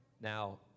Now